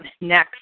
Next